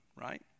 right